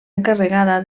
encarregada